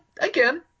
again